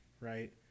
right